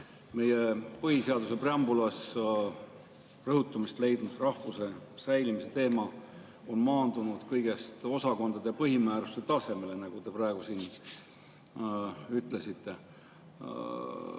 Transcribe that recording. meie põhiseaduse preambulis rõhutamist leidnud rahvuse säilimise teema on maandunud kõigest osakondade põhimääruste tasemele, nagu te praegu siin rääkisite.